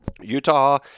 Utah